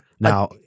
Now